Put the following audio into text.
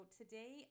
today